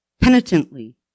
penitently